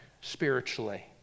spiritually